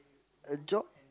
a job